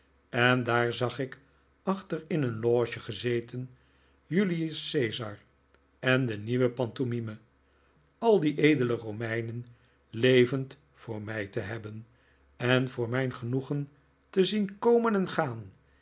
en daar zag ik achter in een loge gezeten julius caesar en de nieuwe pantomime al die edele romeinen levend voor mij te hebben en voor mijn genoegen te zien komen en gaan